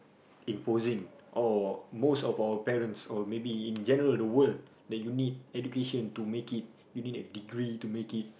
imposing or most of our parents or maybe in general the world that you need education to make it you need a degree to make it